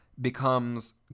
becomes